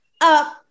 up